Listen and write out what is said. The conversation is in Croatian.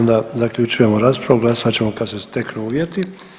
Onda zaključujemo raspravu, glasovat ćemo kad se steknu uvjeti.